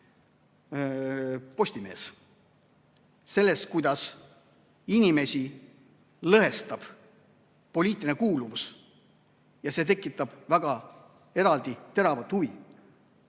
Postimehes sellest, kuidas inimesi lõhestab poliitiline kuuluvus ja see tekitab väga teravat huvi.